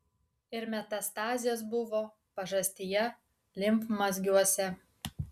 ir metastazės buvo pažastyje limfmazgiuose